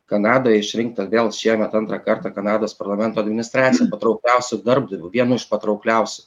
kanadoje išrinkta vėl šiemet antrą kartą kanados parlamento administracija patraukliausiu darbdaviu vienu iš patraukliausių